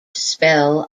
spell